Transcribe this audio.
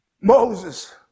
Moses